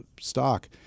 stock